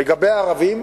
לגבי הערבים,